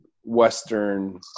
Western